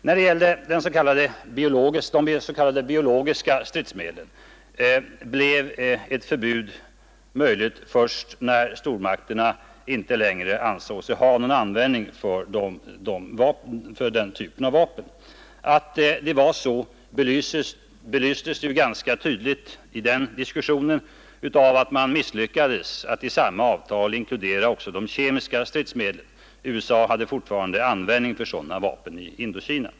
När det gällde de s.k. biologiska stridsmedlen blev ett förbud möjligt först då stormakterna inte längre ansåg sig ha någon användning för den typen av vapen. Att det var så belystes ganska tydligt av att man misslyckades med att i samma avtal inkludera också de kemiska stridsmedlen — USA hade fortfarande användning för sådana vapen i Indokina.